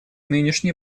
нынешние